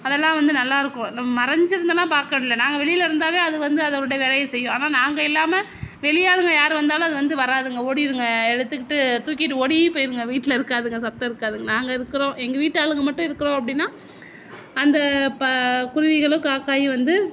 அதெல்லாம் வந்து நல்லா இருக்கும் நம்ப மறைஞ்சிருந்தெல்லாம் பார்க்க வேண்டிதில்ல நாங்கள் வெளியே இருந்தாவே அது வந்து அதோடைய வேலையை செய்யும் ஆனால் நாங்கள் இல்லாமல் வெளி ஆளுங்க யாரு வந்தாலும் அது வந்து வராதுங்க ஓடிடுங்க எடுத்துக்கிட்டு தூக்கிட்டு ஓடியே போயிருங்க வீட்டில் இருக்காதுங்க சத்தம் இருக்காது நாங்கள் இருக்கிறோம் எங்கள் ஆளுங்க மட்டும் இருக்கிறோம் அப்படினா அந்த ப குருவிகளும் காக்காயும் வந்து